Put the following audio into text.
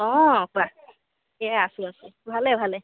অঁ কোৱা এ আছোঁ আছোঁ ভালে ভালে